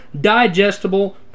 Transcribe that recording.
digestible